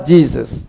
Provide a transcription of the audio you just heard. Jesus